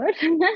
good